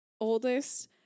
oldest